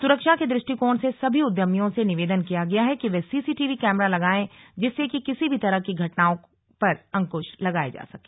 सुरक्षा के दृष्टिकोण से सभी उद्यमियों से निवेदन किया गया है कि वे सीसीटीवी कैमरा लगाएं जिससे कि किसी भी तरह की घटनाओं को पर अंकुश लगाया जा सके